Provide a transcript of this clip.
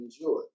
enjoy